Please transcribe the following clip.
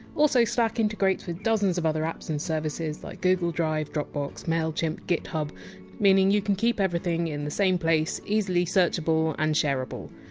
also, slack integrates with dozens of other apps and services like google drive, dropbox, mailchimp, github meaning you can keep everything in the same place, easily searchable and shareable.